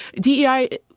DEI